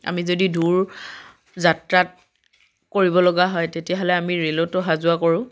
আমি যদি দূৰ যাত্ৰা কৰিবলগা হয় তেতিয়াহ'লে আমি ৰে'লত অহা যোৱা কৰোঁ